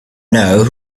know